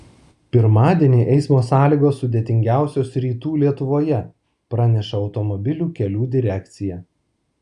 pirmadienį eismo sąlygos sudėtingiausios rytų lietuvoje praneša automobilių kelių direkcija